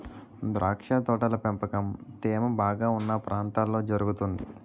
ద్రాక్ష తోటల పెంపకం తేమ బాగా ఉన్న ప్రాంతాల్లో జరుగుతుంది